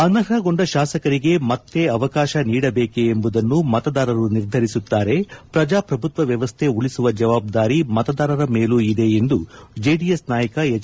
ಅನರ್ಹಗೊಂಡ ಶಾಸಕರಿಗೆ ಮತ್ತೆ ಅವಕಾಶ ನೀಡಬೇಕೇ ಎಂಬುದನ್ನು ಮತದಾರರು ನಿರ್ಧರಿಸುತ್ತಾರೆ ಪ್ರಜಾಪ್ರಭುತ್ವ ವ್ಯವಸ್ದೆ ಉಳಿಸುವ ಜವಾಬ್ದಾರಿ ಮತದಾರರ ಮೇಲೂ ಇದೆ ಎಂದು ಜೆಡಿಎಸ್ ನಾಯಕ ಎಚ್